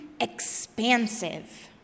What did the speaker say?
expansive